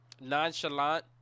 nonchalant